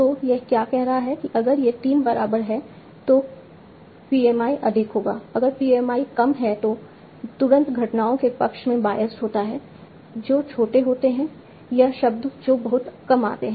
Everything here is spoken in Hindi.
तो यह क्या कह रहा है कि अगर ये 3 बराबर हैं तो PMI अधिक होगा अगर PMI कम है तो तुरंत घटनाओं के पक्ष में बायस्ट होता है जो छोटे होते हैं या शब्द जो बहुत कम आते हैं